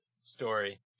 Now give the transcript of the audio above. story